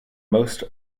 most